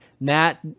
Matt